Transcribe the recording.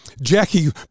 Jackie